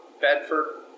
Bedford